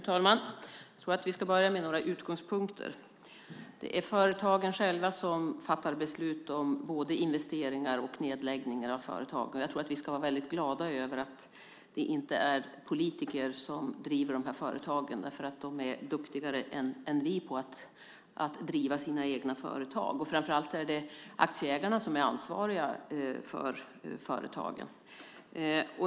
Fru talman! Jag tror att jag ska börja med några utgångspunkter. Det är företagen själva som fattar beslut om både investeringar i och nedläggningar av företag. Jag tror att vi ska vara glada över att det inte är politiker som driver de här företagen, därför att företagarna är duktigare än vi på att driva sina egna företag. Framför allt är det aktieägarna som är ansvariga för företagen.